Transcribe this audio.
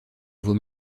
vaut